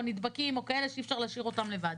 או נדבקים או כאלה שאי-אפשר להשאיר אותם לבד.